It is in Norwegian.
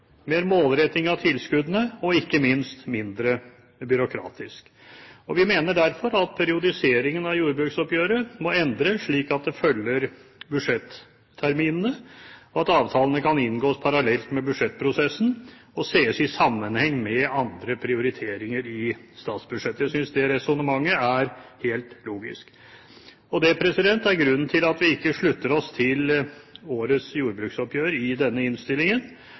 mer målretting av tilskuddene og ikke minst mindre byråkratisk. Vi mener derfor at periodiseringen av jordbruksoppgjøret må endres slik at det følger budsjetterminene, og at avtalene kan inngås parallelt med budsjettprosessen og ses i sammenheng med andre prioriteringer i statsbudsjettet. Jeg synes det resonnementet er helt logisk. Det er grunnen til at vi ikke slutter oss til årets jordbruksoppgjør i denne innstillingen,